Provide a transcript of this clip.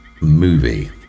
movie